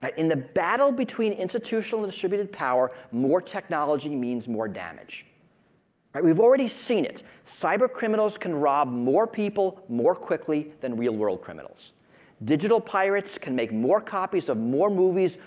but in the battle between institutional and distributed power, more technology means more damage. and we've already seen it cyber criminals can rob more people, more quickly than real world criminals digital pirates can make more copies of more movies,